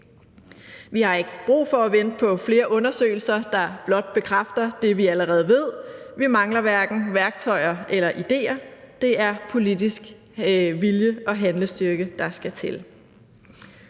Vi har ikke brug for at vente på flere undersøgelser, der blot bekræfter det, vi allerede ved. Vi mangler hverken værktøjer eller idéer; det er politisk viljestyrke og handlekraft, der skal til.